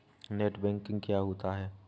Net banking क्या होता है?